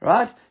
Right